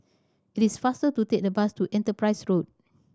it is faster to take the bus to Enterprise Road